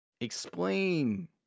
Explain